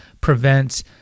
prevents